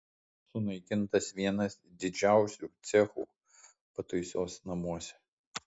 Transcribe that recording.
sunaikintas vienas didžiausių cechų pataisos namuose